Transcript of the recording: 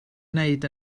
wneud